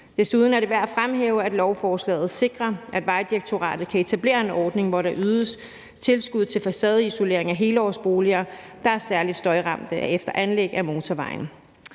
Desuden er det værd at fremhæve, at lovforslaget sikrer, at Vejdirektoratet kan etablere en ordning, hvor der ydes tilskud til facadeisolering af helårsboliger, der er særlig støjramte efter anlæg af motorvejen.